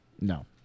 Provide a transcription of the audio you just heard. No